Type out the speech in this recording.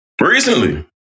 Recently